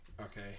Okay